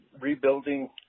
rebuilding